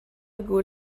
good